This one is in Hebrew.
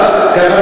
נקודה.